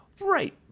right